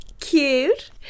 Cute